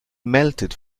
melted